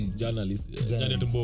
journalist